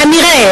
כנראה,